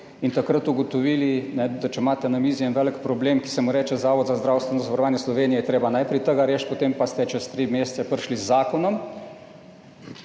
in takrat ugotovili, da če imate na mizi en velik problem, ki se mu reče Zavod za zdravstveno zavarovanje Slovenije, je treba najprej tega rešiti, potem pa ste čez 3 mesece prišli z zakonom